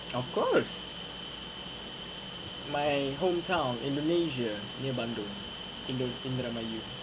of course my hometown indonesia near bandung indo